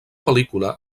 pel·lícula